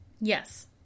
Yes